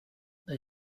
they